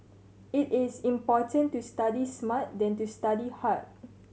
it is important to study smart than to study hard